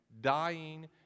dying